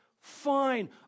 Fine